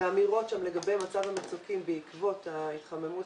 והאמירות שם לגבי מצב המצוקים בעקבות ההתחממות